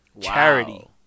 Charity